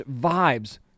vibes